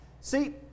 See